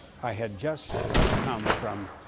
i had just come from